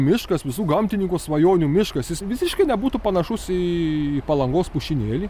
miškas visų gamtininkų svajonių miškas jis visiškai nebūtų panašus į palangos pušynėlį